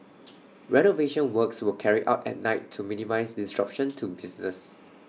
renovation works were carried out at night to minimise disruption to business